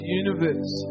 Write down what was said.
universe